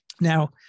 Now